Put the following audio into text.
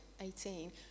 18